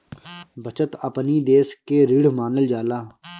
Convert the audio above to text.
बचत अपनी देस के रीढ़ मानल जाला